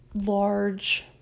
large